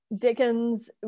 Dickens